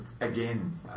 again